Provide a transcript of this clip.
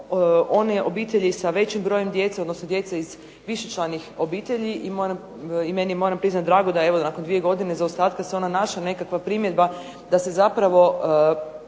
one obitelji sa većim brojem djece, odnosno djece iz višečlanih obitelji i meni je moram priznati drago da evo nakon zaostatka se ona našla nekakva primjedba da se zapravo